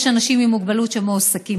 יש אנשים עם מוגבלות שמועסקים,